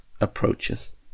approaches